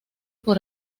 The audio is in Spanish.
por